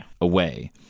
away